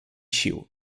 sił